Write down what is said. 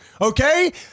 okay